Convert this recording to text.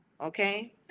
Okay